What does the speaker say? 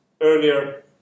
earlier